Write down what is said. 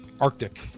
arctic